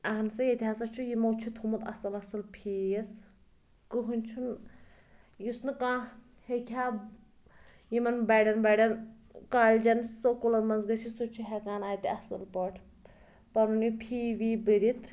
اَہن سا ییٚتہِ ہَسا چھُ یِمو چھُ تھوٚمُت اَصٕل اَصٕل فیٖس کٕہٕنۍ چھُ نہٕ یُس نہٕ کانٛہہ ہیٚکہِ ہا یِمن بَڑٮ۪ن بَڑٮ۪ن کالجَن سکوٗلَن منٛز گٔژھِتھ سُہ چھُ ہٮ۪کان اَتہِ اَصٕل پٲٹھۍ پَنُن یہِ فی وی بٔرِتھ